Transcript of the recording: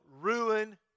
ruin